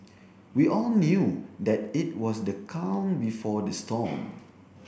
we all knew that it was the calm before the storm